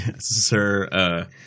Sir –